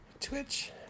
Twitch